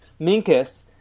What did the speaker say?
Minkus